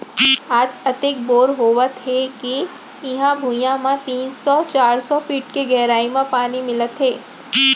आज अतेक बोर होवत हे के इहीं भुइयां म तीन सौ चार सौ फीट के गहरई म पानी मिलत हे